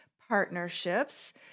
partnerships